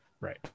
right